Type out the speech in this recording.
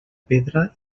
pedra